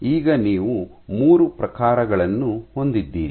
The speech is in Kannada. ಈಗ ನೀವು ಮೂರು ಪ್ರಕಾರಗಳನ್ನು ಹೊಂದಿದ್ದೀರಿ